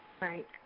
Right